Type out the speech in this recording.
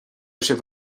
sibh